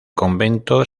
convento